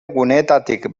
guneetatik